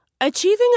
Achieving